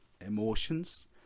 emotions